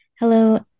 Hello